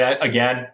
Again